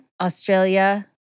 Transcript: Australia